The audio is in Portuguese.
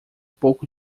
pouco